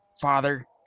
father